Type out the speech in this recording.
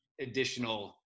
additional